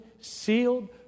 sealed